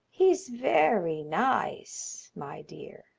he's very nice, my dear,